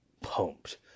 pumped